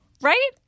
right